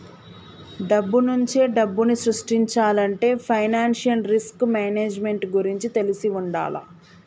డబ్బునుంచే డబ్బుని సృష్టించాలంటే ఫైనాన్షియల్ రిస్క్ మేనేజ్మెంట్ గురించి తెలిసి వుండాల